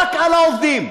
רק על העובדים,